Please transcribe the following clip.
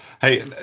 Hey